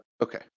Okay